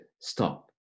stop